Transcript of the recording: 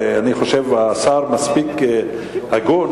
אני חושב שהשר מספיק הגון,